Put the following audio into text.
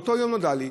באותו יום נודע לי,